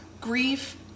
grief